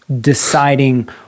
deciding